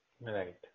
Right